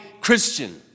Christian